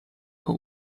who